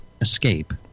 Escape